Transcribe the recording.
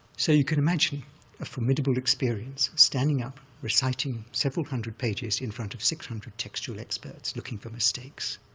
so you can imagine a formidable experience, standing up, reciting several hundred pages in front of six hundred textual experts looking for mistakes.